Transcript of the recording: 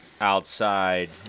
outside